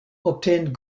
obtained